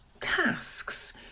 tasks